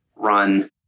run